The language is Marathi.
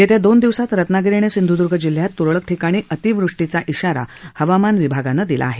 येत्या दोन दिवसात रत्नागिरी आणि सिंधूद्र्ग जिल्ह्यात त्रळक ठिकाणी अतिवृष्टीचा इशारा हवामान विभागानं दिला आहे